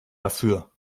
dafür